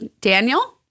Daniel